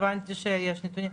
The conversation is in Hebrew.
הבנתי שיש נתונים,